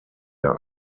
der